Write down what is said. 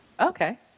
Okay